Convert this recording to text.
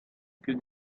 più